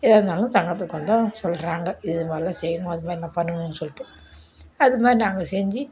எதாக இருந்தாலும் சங்கத்துக்கு வந்து அவங்க சொல்லுறாங்க இது மாதிரில்லாம் செய்யணும் அது மாதிரில்லாம் பண்ணணுன்னு சொல்லிட்டு அது மாதிரி நாங்களும் செஞ்சு